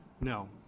no